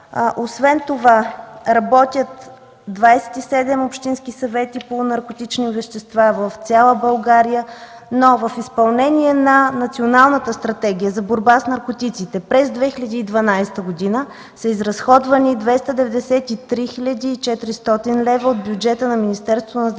Освен това работят 27 общински съвета по наркотични вещества в цяла България. В изпълнение на Националната стратегия за борба с наркотиците през 2012 г. са изразходвани 293 хил. 400 лв. от бюджета на Министерството